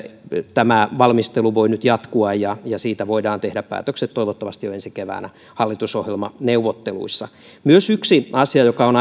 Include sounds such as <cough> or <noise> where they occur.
tämä valmistelu voi nyt jatkua ja ja siitä voidaan tehdä päätökset toivottavasti jo ensi keväänä hallitusohjelmaneuvotteluissa yksi asia joka myös on <unintelligible>